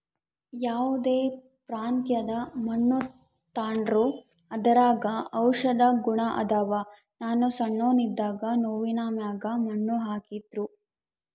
ಯಾವ್ದೇ ಪ್ರಾಂತ್ಯದ ಮಣ್ಣು ತಾಂಡ್ರೂ ಅದರಾಗ ಔಷದ ಗುಣ ಅದಾವ, ನಾನು ಸಣ್ಣೋನ್ ಇದ್ದಾಗ ನವ್ವಿನ ಮ್ಯಾಗ ಮಣ್ಣು ಹಾಕ್ತಿದ್ರು